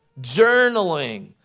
Journaling